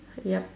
yup